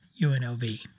UNLV